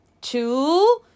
two